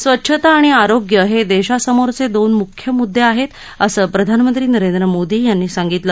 स्वच्छता आणि आरोग्य हे देशासमोरचे दोन मुख्य मुद्दे आहेत असं प्रधानमंत्री नरेंद्र मोदी यांनी सांगितलं